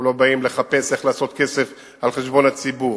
אנחנו לא באים לחפש איך לעשות כסף על חשבון הציבור.